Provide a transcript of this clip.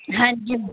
ਹਾਂਜੀ